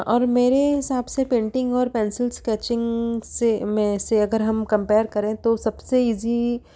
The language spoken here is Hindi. और मेरे हिसाब से पेंटिंग और पेंसिल स्केचिंग से में से अगर हम कंपेयर करें तो सबसे ईजी